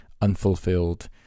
unfulfilled